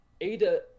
ada